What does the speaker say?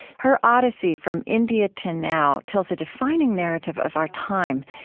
her odyssey from india to now tells a defining narrative of our time,